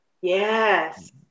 Yes